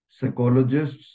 psychologists